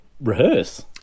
rehearse